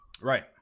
Right